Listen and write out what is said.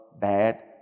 bad